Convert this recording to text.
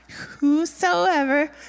whosoever